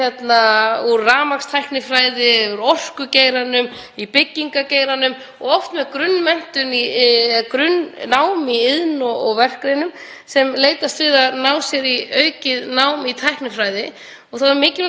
að leitast við að bæta við sig námi í tæknifræði. Það er mikilvægt að horfa á þá starfsreynslu og þekkingu sem þessir einstaklingar koma með í farteskinu inn í námið en ekki bara á hvítan koll.